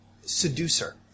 seducer